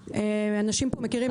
אנשים פה מכירים,